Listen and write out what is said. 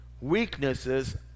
weaknesses